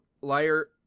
Liar